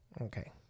Okay